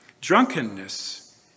Drunkenness